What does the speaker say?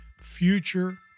future